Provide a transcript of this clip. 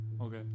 Okay